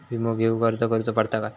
विमा घेउक अर्ज करुचो पडता काय?